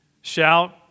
Shout